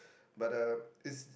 but um it's